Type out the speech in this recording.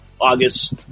August